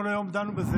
כל היום דנו בזה,